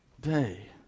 day